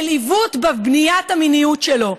אל עיוות בבניית המיניות שלו.